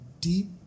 deep